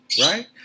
right